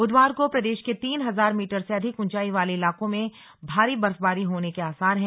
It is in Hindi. बुधवार को प्रदेश के तीन हजार मीटर से अधिक ऊंचाई वाले इलाकों में भारी बर्फबारी होने के आसार हैं